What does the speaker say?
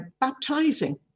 baptizing